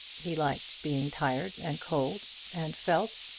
he liked being tired and cold, and felt,